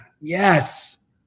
Yes